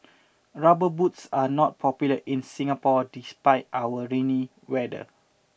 rubber boots are not popular in Singapore despite our rainy weather